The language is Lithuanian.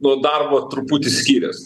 nuo darbo truputį skirias